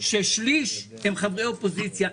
כששליש הם חברי אופוזיציה.